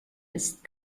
ist